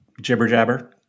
jibber-jabber